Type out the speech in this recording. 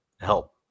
help